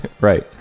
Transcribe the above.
Right